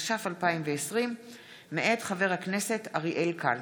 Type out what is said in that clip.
התש"ף 2020. לדיון מוקדם,